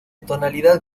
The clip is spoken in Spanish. tonalidad